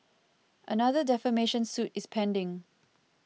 another defamation suit is pending